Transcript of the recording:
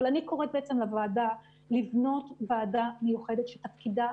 אבל אני קוראת לוועדה לבנות ועדה מיוחדת שתפקידה